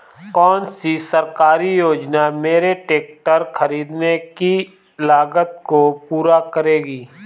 कौन सी सरकारी योजना मेरे ट्रैक्टर ख़रीदने की लागत को पूरा करेगी?